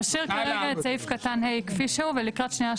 נשאיר כרגע את סעיף קטן (ה) כפי שהוא ולקראת שנייה,